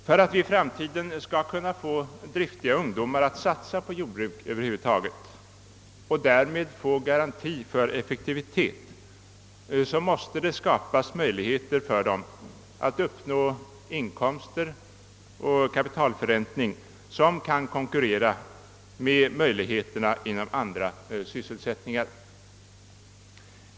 För att vi i framtiden skall kunna få driftiga ungdomar att satsa på jordbruk och därigenom erhålla garantier för effektivitet måste det skapas möjligheter för dem att uppnå inkomster och kapitalförräntning som kan konkurrera med möjligheterna inom andra sysselsättningar.